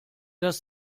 das